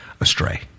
astray